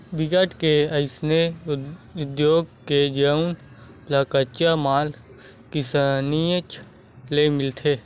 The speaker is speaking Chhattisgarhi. बिकट के अइसे उद्योग हे जउन ल कच्चा माल किसानीच ले मिलथे